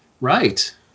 Right